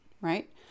right